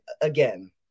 again